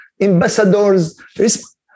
ambassadors